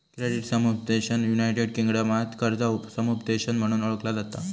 credit समुपदेशन united किंगडमात कर्जा समुपदेशन म्हणून ओळखला जाता